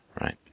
right